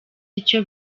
icyo